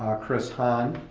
um chris hann,